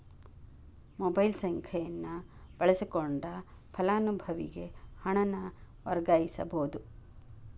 mobile ಸಂಖ್ಯೆಯನ್ನ ಬಳಸಕೊಂಡ ಫಲಾನುಭವಿಗೆ ಹಣನ ವರ್ಗಾಯಿಸಬೋದ್